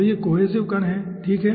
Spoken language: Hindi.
तो ये कोहेसिव कण हैं ठीक है